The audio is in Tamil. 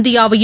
இந்தியாவையும்